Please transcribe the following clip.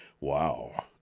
Wow